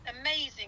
amazing